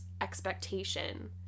expectation